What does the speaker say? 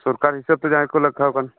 ᱥᱚᱨᱠᱟᱨ ᱦᱤᱥᱟᱹᱵᱽᱛᱮ ᱡᱟᱦᱟᱸᱭ ᱠᱚ ᱞᱮᱠᱷᱟ ᱟᱠᱟᱱ